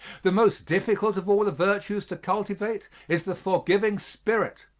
the most difficult of all the virtues to cultivate is the forgiving spirit.